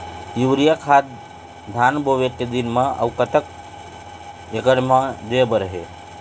Urea खाद धान बोवे के दिन म अऊ कतक एकड़ मे दे बर हे?